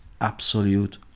absolute